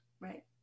Right